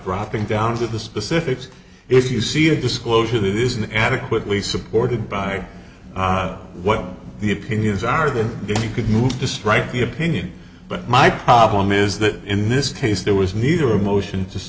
dropping down to the specifics if you see a disclosure that isn't adequately supported by what the opinions are then you could move to strike the opinion but my problem is that in this case there was neither motion